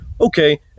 Okay